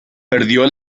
perdió